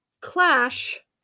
clash